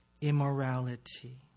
immorality